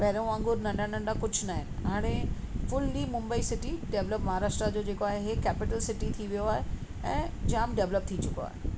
पहिरों वांगुरु नंढा नंढा कुझु न आहे हाणे fully Mumbai city develop Maharashtra जो जेको आहे केपिटल सिटी थी वियो आहे ऐं जाम डेवलप थी चुको आहे